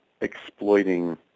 exploiting